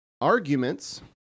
Arguments